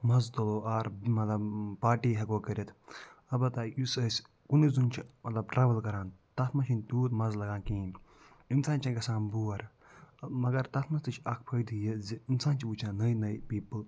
مَزٕ تُلو آر مطلب پارٹی ہٮ۪کَو کٔرِتھ البتہ یُس أسۍ کُنُے زوٚن چھِ مطلب ٹرٛاوٕل کران تَتھ منٛز چھِنہٕ تیوٗت مَزٕ لگان کِہیٖنۍ اِنسان چھِنہٕ گژھان بور مگر تَتھ منٛز تہِ چھِ اَکھ فٲیِدٕ یہِ زِ اِنسان چھِ وٕچھان نٔے نٔے پیٖپٕل